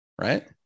right